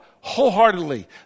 wholeheartedly